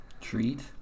Treat